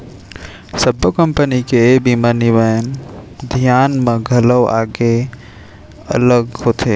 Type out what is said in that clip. सब्बो कंपनी के ए बीमा नियम धियम ह घलौ अलगे अलग होथे